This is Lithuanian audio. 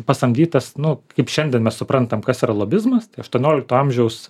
pasamdytas nu kaip šiandien mes suprantam kas yra lobizmas tai aštuoniolikto amžiaus